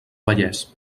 vallès